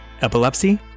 Epilepsy